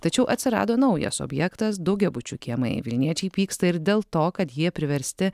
tačiau atsirado naujas objektas daugiabučių kiemai vilniečiai pyksta ir dėl to kad jie priversti